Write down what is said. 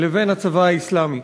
לבין הצבא האסלאמי.